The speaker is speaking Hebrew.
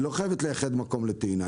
היא לא חייבת לייחד מקום לטעינה.